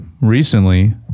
recently